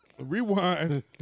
Rewind